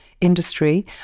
industry